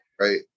right